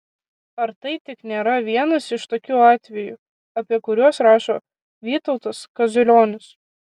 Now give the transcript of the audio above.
ar tai tik nėra vienas iš tokių atvejų apie kuriuos rašo vytautas kaziulionis